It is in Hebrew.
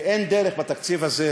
ואין דרך בתקציב הזה,